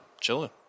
chilling